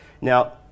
Now